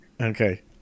Okay